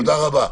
תודה.